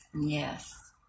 Yes